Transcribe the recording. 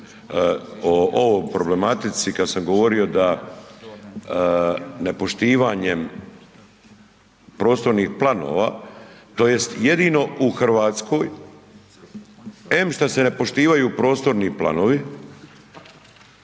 o ovom problematici, kad sam govorio da nepoštivanjem prostornih planova, tj. jedino u Hrvatskoj, em što se ne poštivaju prostorni planovi,